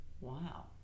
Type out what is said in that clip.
Wow